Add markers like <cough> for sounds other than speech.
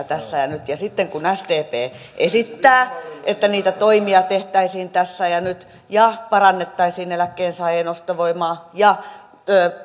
<unintelligible> tässä ja nyt ja sitten kun sdp esittää että niitä toimia tehtäisiin tässä ja nyt ja parannettaisiin eläkkeensaajien ostovoimaa ja